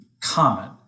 common